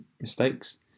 mistakes